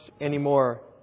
anymore